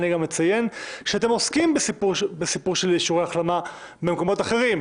אציין גם שאתם עוסקים בסיפור של אישורי החלמה במקומות אחרים,